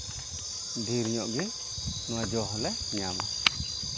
ᱰᱷᱮᱨ ᱧᱚᱜ ᱜᱮ ᱱᱚᱜᱼᱚᱭ ᱡᱚ ᱦᱚᱸᱞᱮ ᱧᱟᱢᱟ